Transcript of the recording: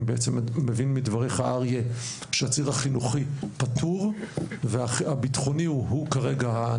אני מבין מדבריו של אריה שהציר החינוכי פטור והביטחוני הוא כרגע הנקודה.